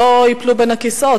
שלא ייפלו בין הכיסאות?